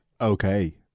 Okay